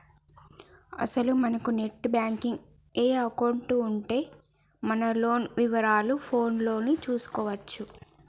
అసలు మనకు net banking account ఉంటే మన లోన్ వివరాలు ఫోన్ లోనే చూసుకోవచ్చు